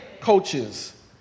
coaches